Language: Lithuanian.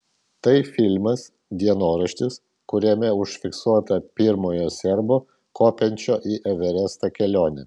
tai filmas dienoraštis kuriame užfiksuota pirmojo serbo kopiančio į everestą kelionė